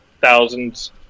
thousands